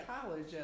college